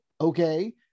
Okay